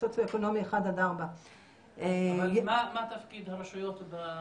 סוציואקונומי 1 עד 4. אבל מה התפקיד של הרשויות בנושא הזה?